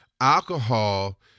alcohol